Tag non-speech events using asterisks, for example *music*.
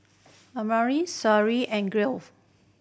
Amina Sherri and *unintelligible*